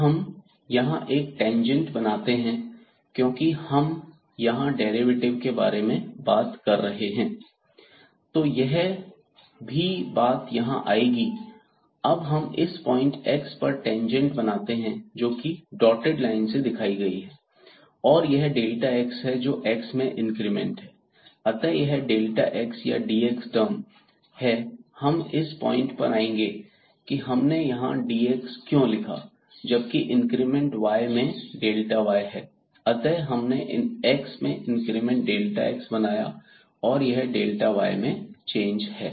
अब हम यहां एक टेंजेंट बनाते हैं क्योंकि हम यहां डेरिवेटिव के बारे में बात कर रहे हैं तो यह भी बात यहां आएगी अब हम इस पॉइंट x पर टेंजेंट बनाते हैं जोकि डॉटेड लाइन से दिखाई गई है और यह x है जोकि x में इंक्रीमेंट है अतः यह x या dx टर्म है हम इस पॉइंट पर आएंगे कि हमने यहां dx क्यों लिखा जबकि इंक्रीमेंट y में y है अतः हमने x में इंक्रीमेंट x बनाया और यह y में चेंज है